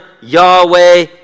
Yahweh